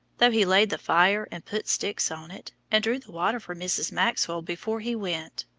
though he laid the fire and put sticks on it and drew the water for mrs. maxwell before he went.